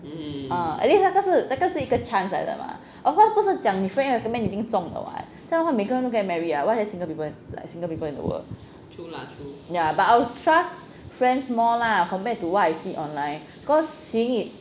err at least 那个是那个是一个 chance 来的吗 of course 不是讲你 friend recommend 一定中的 what 这样的话每个人都 get married liao why is there single people like single people in the world yeah but I'll trust friends more lah compared to what I see online cause seeing it